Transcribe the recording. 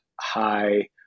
high